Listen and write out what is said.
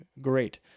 great